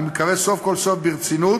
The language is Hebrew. אני מקווה שסוף כל סוף ברצינות,